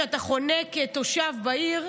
כשאתה חונה כתושב בעיר,